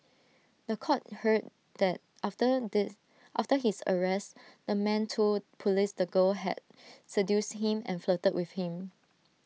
The Court heard that after the after his arrest the man told Police the girl had seduced him and flirted with him